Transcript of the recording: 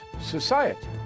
society